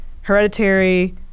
Hereditary